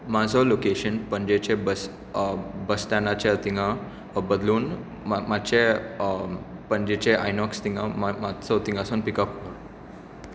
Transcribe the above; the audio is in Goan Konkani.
म्हजें लोकेशन पणजेचें बस बस स्टॅण्ड आसा थंय बदलून मातशें पणजेचें आयनॉक्स थंय मातसो थंयसून पिक अप कर